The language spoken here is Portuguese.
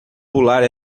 pular